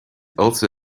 also